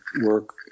work